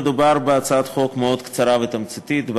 מדובר בהצעת חוק מאוד קצרה ותמציתית,